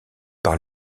par